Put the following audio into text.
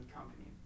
Company